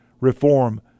reform